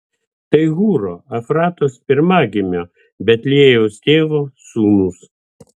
tai hūro efratos pirmagimio betliejaus tėvo sūnūs